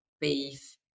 beef